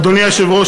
אדוני היושב-ראש,